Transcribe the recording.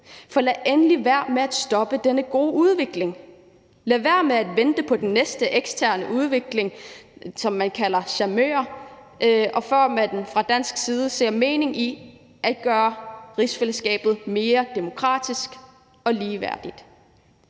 Lad endelig være med at stoppe denne gode udvikling, lad være med at vente på den næste eksterne udvikling, som man kalder for charmeoffensiv, for det gør, at man fra dansk side ser en mening i at gøre rigsfællesskabet mere demokratisk og ligeværdigt.